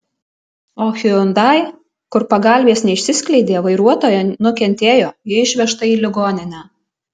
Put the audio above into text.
o hyundai kur pagalvės neišsiskleidė vairuotoja nukentėjo ji išvežta į ligoninę